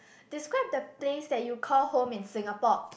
describe the place that you call home in Singapore